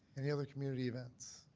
any other community events?